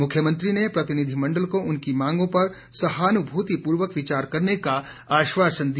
मुख्यमंत्री ने प्रतिनिधिमंडल को उनकी मांगों पर सहानुभूतिपूर्वक विचार करने का आश्वासन दिया